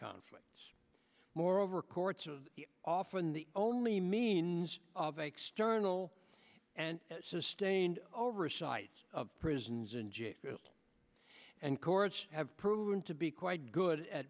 conflicts moreover courts are often the only means of external and sustained oversight of prisons and jails and courts have proven to be quite good at